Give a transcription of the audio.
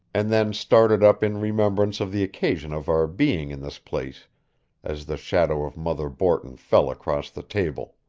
and then started up in remembrance of the occasion of our being in this place as the shadow of mother borton fell across the table.